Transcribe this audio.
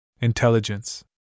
intelligence